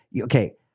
Okay